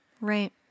Right